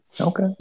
okay